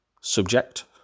Subject